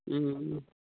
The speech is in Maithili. हूँ